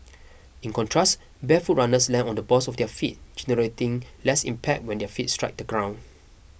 in contrast barefoot runners land on the balls of their feet generating less impact when their feet strike the ground